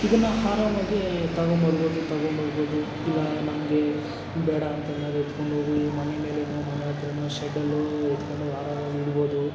ಇದನ್ನು ಆರಾಮಾಗಿ ತಗೊಂಬರ್ಬೋದು ತಗೊಂಡು ಹೋಗ್ಬೋದು ಇಲ್ಲ ನಮಗೆ ಬೇಡ ಅಂತಂದಾಗ ಎತ್ಕೊಂಡು ಹೋಗಿ ಮನೆ ಮೇಲೆಯೋ ಮನೆ ಹತ್ರವೋ ಶೆಡ್ಡಲ್ಲೋ ಎತ್ಕೊಂಡು ಹೋಗಿ ಆರಾಮಾಗಿ ಇಡ್ಬೋದು